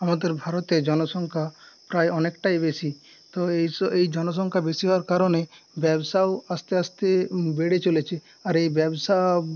আমাদের ভারতে জনসংখ্যা প্রায় অনেকটাই বেশি তো এই এই জনসংখ্যা বেশি হওয়ার কারণে ব্যবসাও আস্তে আস্তে বেড়ে চলেছে আর এই ব্যবসা